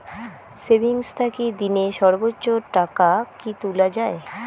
Savings থাকি দিনে সর্বোচ্চ টাকা কি তুলা য়ায়?